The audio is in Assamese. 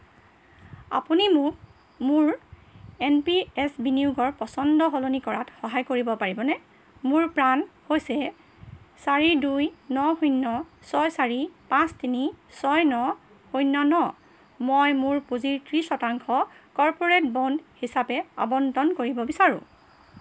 আপুনি মোক মোৰ এন পি এছ বিনিয়োগৰ পছন্দ সলনি কৰাত সহায় কৰিব পাৰিবনে মোৰ প্ৰাণ হৈছে চাৰি দুই ন শূন্য ছয় চাৰি পাঁচ তিনি ছয় ন শূন্য ন মই মোৰ পুঁজি ত্ৰিছ শতাংশ কৰ্পোৰেট বণ্ড হিচাপে আবণ্টন কৰিব বিচাৰোঁ